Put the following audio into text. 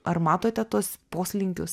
ar matote tuos poslinkius